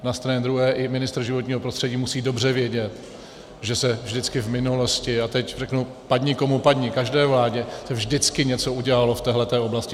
Na straně druhé, i ministr životního prostředí musí dobře vědět, že se vždycky v minulosti, a teď řeknu padni komu padni, každé vládě, vždycky něco udělalo v téhle oblasti.